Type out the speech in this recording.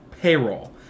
payroll